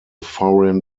foreign